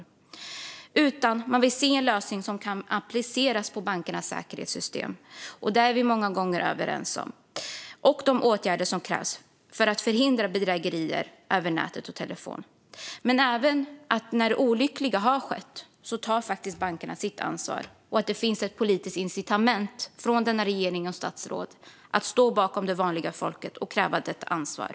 Det man vill se är i stället en lösning som kan appliceras på bankernas säkerhetssystem. Det är vi många gånger överens om liksom om de åtgärder som krävs för att förhindra bedrägerier över nätet och telefon. När olyckan har skett ska bankerna ta sitt ansvar, och det ska finnas ett politiskt incitament från regering och statsråd att stå bakom vanligt folk och utkräva detta ansvar.